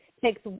takes